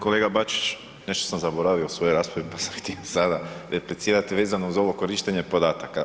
Kolega Bačić, nešto sam zaboravio u svojoj raspravi pa sam htio sada replicirati vezano uz ovo korištenje podataka.